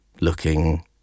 looking